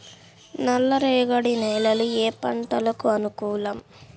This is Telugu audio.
నల్ల రేగడి నేలలు ఏ పంటకు అనుకూలం?